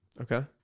Okay